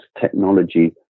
technology